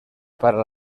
para